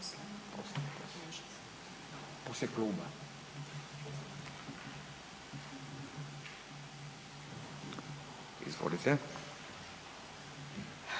Hvala.